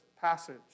passage